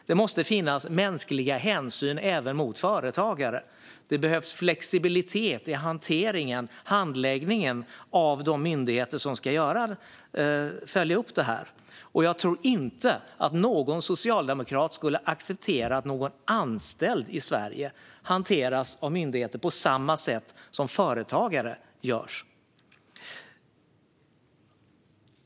Det måste finnas mänskliga hänsyn även mot företagare. Det behövs flexibilitet i hanteringen och handläggningen från de myndigheter som ska följa upp detta. Och jag tror inte att någon socialdemokrat skulle acceptera att någon anställd i Sverige hanterades på samma sätt av myndigheter som företagare gör.